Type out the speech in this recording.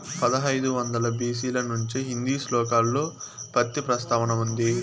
పదహైదు వందల బి.సి ల నుంచే హిందూ శ్లోకాలలో పత్తి ప్రస్తావన ఉంది